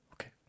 Okay